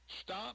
Stop